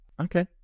Okay